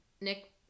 Nick